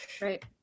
right